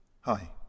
Hi